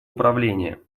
управления